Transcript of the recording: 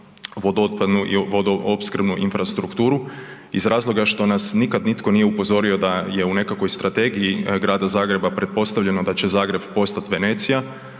vodootpadnu i vodoopskrbnu infrastrukturu iz razloga što nas nikad nitko nije upozorio da je u nekakvoj strategiji Grada Zagreba pretpostavljeno da će Zagreb postat Venecija,